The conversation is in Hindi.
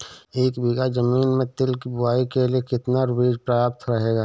एक बीघा ज़मीन में तिल की बुआई के लिए कितना बीज प्रयाप्त रहेगा?